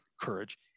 courage